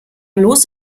los